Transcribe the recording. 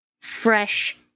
fresh